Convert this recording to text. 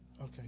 Okay